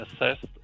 assessed